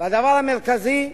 והדבר המרכזי,